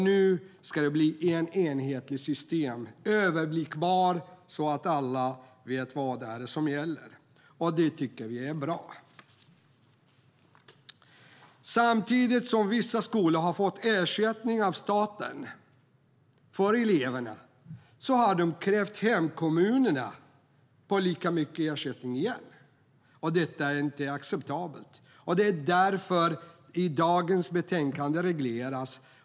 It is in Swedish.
Nu ska det bli ett enhetligt system som är överblickbart så att alla vet vad det är som gäller. Det tycker vi är bra. Samtidigt som vissa skolor har fått ersättning av staten för eleverna har de krävt hemkommunerna på lika mycket ersättning. Detta är inte acceptabelt. Det regleras i dagens betänkande.